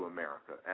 America